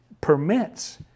permits